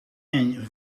een